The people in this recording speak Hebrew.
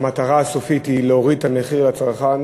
כשהמטרה הסופית היא להוריד את המחיר לצרכן,